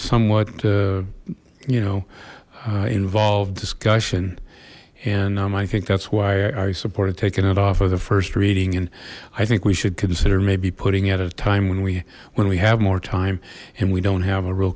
somewhat you know involved discussion and i think that's why i supported taking it off of the first reading and i think we should consider maybe putting it at a time when we when we have more time and we don't have a real